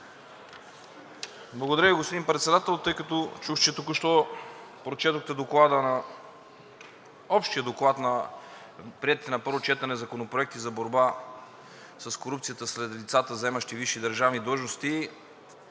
Благодаря Ви, господин Председател. Тъй като чух, че току-що прочетохте общия доклад на приетите на първо четене законопроекти за борба с корупцията сред лицата, заемащи висши държавни длъжности,